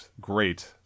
great